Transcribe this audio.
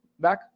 Back